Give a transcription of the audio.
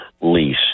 lease